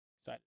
excited